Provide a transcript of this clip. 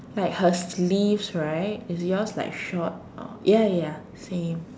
like her sleeves right is yours like short or ya ya same